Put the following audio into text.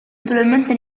naturalmente